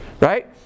right